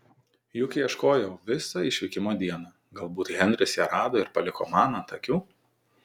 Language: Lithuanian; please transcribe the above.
juk ieškojau visą išvykimo dieną galbūt henris ją rado ir paliko man ant akių